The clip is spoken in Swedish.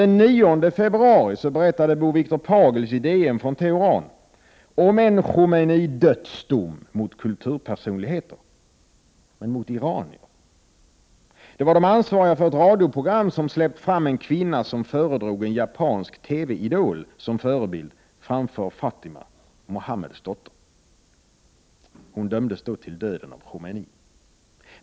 Den 9 februari berättade Bo Viktor Pagels i DN från Teheran om en Khomeinidödsdom mot kulturpersonligheter — men mot iranier, de ansvariga för ett radioprogram som släppt fram en kvinna som föredrog en japansk TV-idol som förebild framför Fatima, Mohammeds dotter.